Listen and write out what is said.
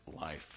life